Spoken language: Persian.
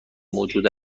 موجود